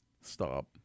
stop